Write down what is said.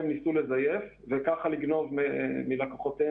ניסו לזייף וככה לגנוב מידע מהלקוחות.